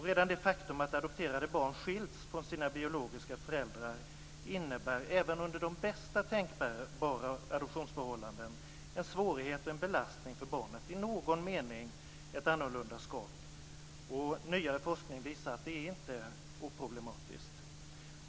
Redan det faktum att adopterade barn skiljs från sina biologiska föräldrar innebär även under de bästa tänkbara adoptionsförhållanden en svårighet, en belastning för barnet - i någon mening ett annorlundaskap. Nyare forskning visar att det inte är oproblematiskt.